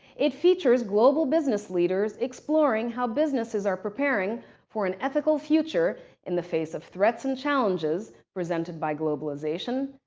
it features global business leaders exploring how businesses are preparing for an ethical future in the face of threats and challenges presented by globalization,